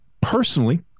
personally